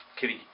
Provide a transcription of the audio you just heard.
Kitty